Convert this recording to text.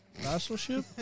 vassalship